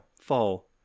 Fall